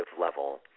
level